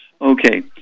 Okay